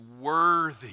worthy